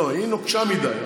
לא, היא נוקשה מדי.